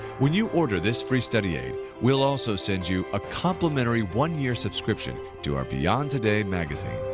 when you order this free study aid we'll also send you a complimentary one year subscription to our beyond today magazine.